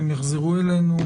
והם יחזרו אלינו,